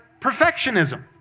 perfectionism